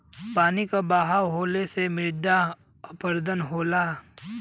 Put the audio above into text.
पानी क बहाव होले से मृदा अपरदन होला